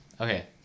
Okay